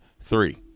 three